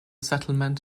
settlement